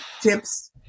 tips